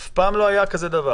אף פעם לא היה דבר כזה.